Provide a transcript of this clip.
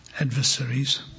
Adversaries